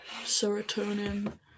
Serotonin